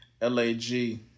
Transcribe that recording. LAG